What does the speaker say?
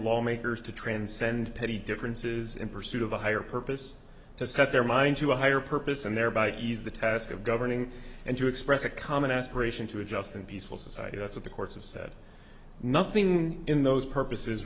lawmakers to transcend petty differences in pursuit of a higher purpose to set their mind to a higher purpose and thereby ease the task of governing and to express a common aspiration to a just and peaceful society that's what the courts have said nothing in those purposes